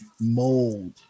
mold